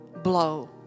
blow